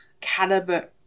caliber